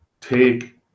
take